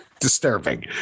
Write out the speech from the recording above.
Disturbing